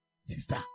Sister